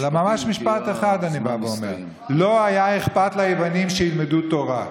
כי הזמן ממש במשפט אחד אני בא ואומר: לא היה אכפת ליוונים שילמדו תורה.